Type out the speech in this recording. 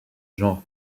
genre